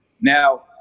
Now